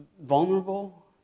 vulnerable